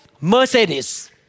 Mercedes